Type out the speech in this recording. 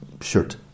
shirt